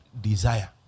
desire